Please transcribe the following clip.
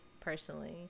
personally